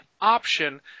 option